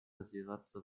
развиваться